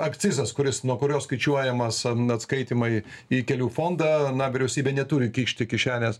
akcizas kuris nuo kurio skaičiuojamas n atskaitymai į kelių fondą na vyriausybė neturi kišti kišenės